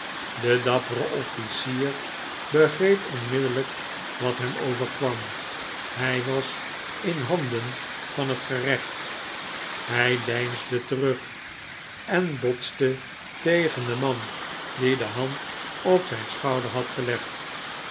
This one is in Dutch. de dappere offlcier begreep oogenblikkelijk wat hem overkwam hij was in handen van het gerecht hij deinsde terug en botste tegen den man die de hand op zijn schouder had gelegd